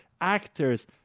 actors